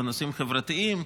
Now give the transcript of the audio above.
בנושאים חברתיים,